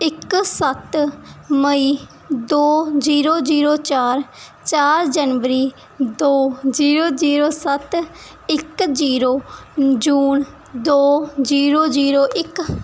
ਇੱਕ ਸੱਤ ਮਈ ਦੋ ਜੀਰੋ ਜੀਰੋ ਚਾਰ ਚਾਰ ਜਨਵਰੀ ਦੋ ਜੀਰੋ ਜੀਰੋ ਸੱਤ ਇੱਕ ਜੀਰੋ ਜੂਨ ਦੋ ਜੀਰੋ ਜੀਰੋ ਇੱਕ